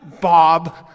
Bob